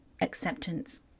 acceptance